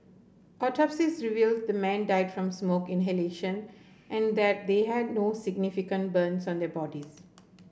autopsies revealed the men died from smoke inhalation and that they had no significant burns on their bodies